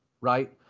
right